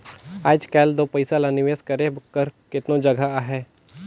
आएज काएल दो पइसा ल निवेस करे कर केतनो जगहा अहे